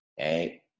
Okay